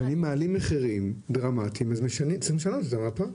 אבל אם מעלים מחירים דרמטיים אז צריך לשנות את המפות.